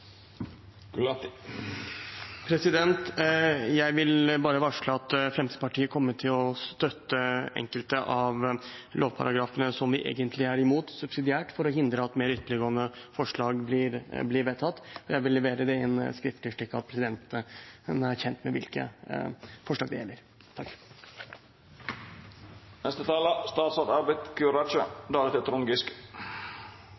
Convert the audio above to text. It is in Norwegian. Jeg vil bare varsle at Fremskrittspartiet kommer til å støtte subsidiært enkelte av lovparagrafene som vi egentlig er imot, for å hindre at mer ytterliggående forslag blir vedtatt. Jeg vil levere det inn skriftlig slik at presidenten er kjent med hvilke forslag det gjelder.